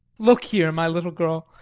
look here, my little girl,